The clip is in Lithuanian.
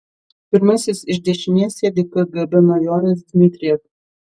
pirmasis iš dešinės sėdi kgb majoras dmitrijev